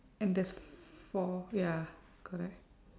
and there's four ya correct